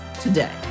today